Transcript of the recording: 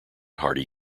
hardy